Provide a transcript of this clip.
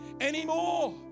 anymore